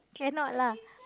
cannot lah